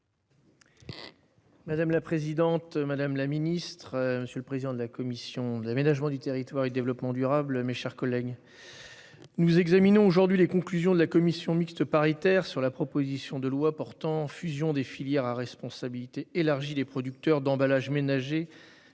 Madame la présidente, madame la secrétaire d'État, monsieur le président de la commission de l'aménagement du territoire et du développement durable, mes chers collègues, nous examinons aujourd'hui les conclusions de la commission mixte paritaire sur la proposition de loi portant fusion des filières à responsabilité élargie des producteurs d'emballages ménagers